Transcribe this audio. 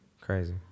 Crazy